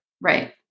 right